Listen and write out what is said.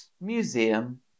museum